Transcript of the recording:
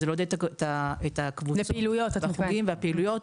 לחוגים ולפעילויות.